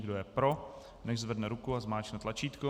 Kdo je pro, nechť zvedne ruku a zmáčkne tlačítko.